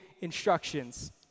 instructions